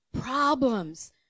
problems